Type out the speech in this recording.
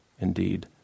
indeed